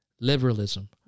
liberalism